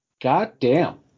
goddamn